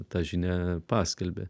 tą žinią paskelbė